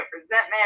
resentment